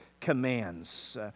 commands